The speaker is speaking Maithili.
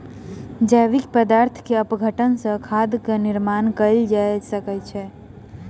जैविक पदार्थ के अपघटन सॅ खादक निर्माण कयल जा सकै छै